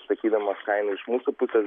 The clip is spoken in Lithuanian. sakydamas kainą iš mūsų pusės